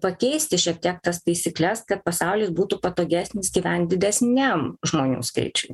pakeisti šiek tiek tas taisykles kad pasaulis būtų patogesnis gyvent didesniam žmonių skaičiui